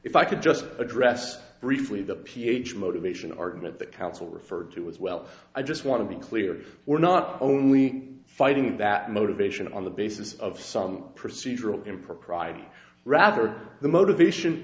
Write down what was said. if i could just address briefly the ph motivation argument that counsel referred to as well i just want to be clear we're not only fighting that motivation on the basis of some procedural impropriety rather the motivation